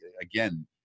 again